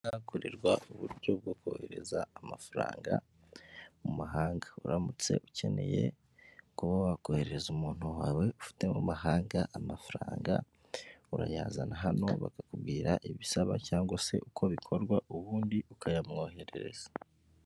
Bwakorerwa uburyo bwo kohereza amafaranga mu mahanga uramutse ukeneye kuba wakohereza umuntu wawe ufite mu mahanga amafaranga, urayazana hano bakakubwira ibisaba cyangwa se uko bikorwa ubundi ukayamwoherereza.